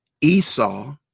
esau